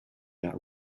that